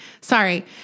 Sorry